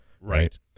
right